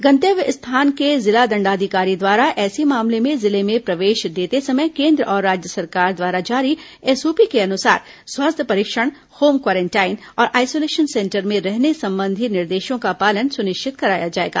गंतव्य स्थान के जिला दंडाधिकारी द्वारा ऐसे मामले में जिले में प्रवेश देते समय केन्द्र और राज्य सरकार द्वारा जारी एसओपी के अनुसार स्वास्थ्य परीक्षण होम क्वारेंटाइन और आईसोलेशन सेंटर में रहने संबंधी निर्देशों का पालन सुनिश्चित कराया जाएगा